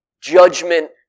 judgment